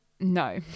No